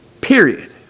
Period